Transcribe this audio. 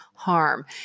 harm